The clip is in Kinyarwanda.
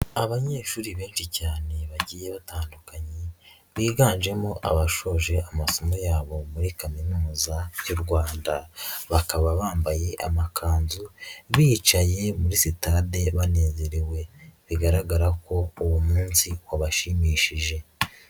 Abanyeshuri benshi cyane bagiye batandukanye biganjemo abashoje amasomo yabo muri Kaminuza y'u Rwanda, bakaba bambaye amakanzu bicaye muri sitade banezerewe bigaragara ko uwo munsi wabashimishije.